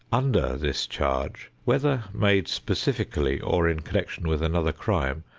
under this charge, whether made specifically or in connection with another crime,